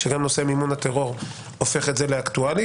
שגם נושא מימון הטרור הופך את זה לאקטואלי.